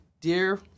dear